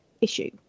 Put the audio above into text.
issue